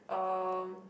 um